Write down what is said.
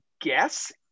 guess